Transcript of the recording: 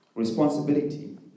responsibility